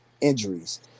injuries